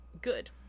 good